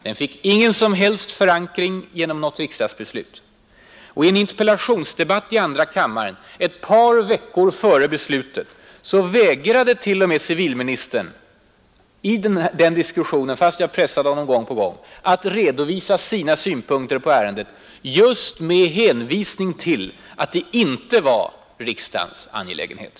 Det fick ingen förankring genom något riksdagsbeslut. I en interpellationsdebatt i andra kammaren ett par veckor före beslutet vägrade civilministern t.o.m., trots att jag pressade honom gång på gång, att i diskussionen redovisa sina synpunkter på ärendet, just med hänvisning till att de inte var riksdagens angelägenhet.